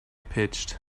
pitched